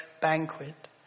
banquet